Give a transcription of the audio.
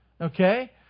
Okay